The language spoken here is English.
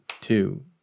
two